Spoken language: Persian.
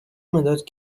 مداد